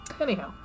Anyhow